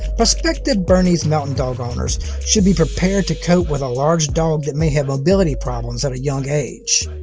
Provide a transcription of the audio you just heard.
prospective bernese mountain dog owners should be prepared to cope with a large dog that may have mobility problems at a young age.